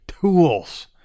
Tools